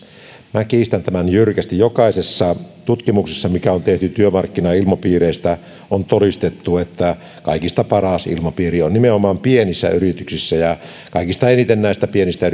minä kiistän tämän jyrkästi jokaisessa tutkimuksessa mitä on tehty työmarkkinailmapiireistä on todistettu että kaikista paras ilmapiiri on nimenomaan pienissä yrityksissä ja kaikista eniten näistä pienistä